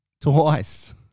twice